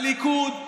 הליכוד,